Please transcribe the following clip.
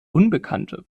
unbekannte